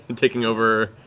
taking over